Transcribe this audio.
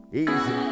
easy